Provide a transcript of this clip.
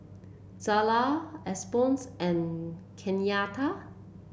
Zella Alphonse and Kenyatta